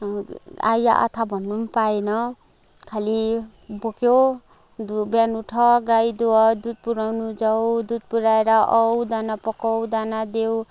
आइया आथा भन्नु पनि पाएन खाली बोक्यो दु बिहान उठ गाई दुह दुध पुऱ्याउनु जाऊ दद पुऱ्याएर आऊ दाना पकाऊ दाना देऊ